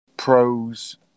pros